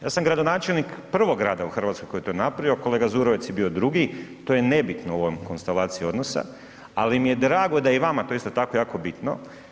Ja sam gradonačelnik prvog grada u Hrvatskoj koji je to napravio, kolega Zurovec je bio drugi, to je nebitno u ovoj konstelaciji odnosa, ali mi je drago da je i vama to isto tako, jako bitno.